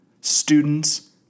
students